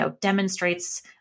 demonstrates